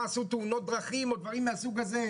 עשו תאונות דרכים או דברים מהסוג הזה?